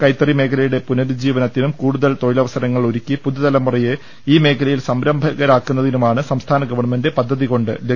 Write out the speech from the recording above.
കൈത്തറി മേഖലയുടെ പുനരുജ്ജീവനത്തിനും കൂടുതൽ തൊഴി ലവസരങ്ങൾ ഒരുക്കി പുതുതലമുറയെ ഈ മേഖലയിൽ സംരംഭകരാ ക്കുന്നതിനുമാണ് സംസ്ഥാന ഗവൺമെന്റ് പദ്ധതികൊണ്ട് ലക്ഷ്യ മിടുന്നത്